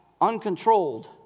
Uncontrolled